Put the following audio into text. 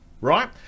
right